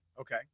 Okay